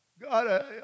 God